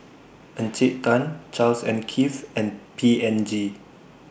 Encik Tan Charles and Keith and P and G